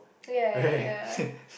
ya ya ya